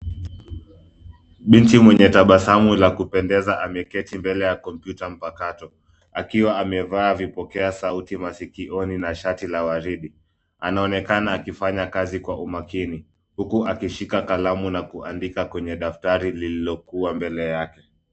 Binti mwenye tabasamu la kupendeza ameketi mbele ya kompyuta mpakato, akiwa amevaa vipokea sauti masikioni na shati la waridi. Anaonekana akifanya kazi kwa umakini huku akishika kalamu na kuandika kwenye daftari lililokuwa mbele yake.